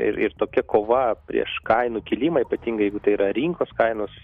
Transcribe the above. ir ir tokia kova prieš kainų kilimą ypatingai jeigu tai yra rinkos kainos